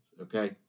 okay